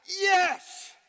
Yes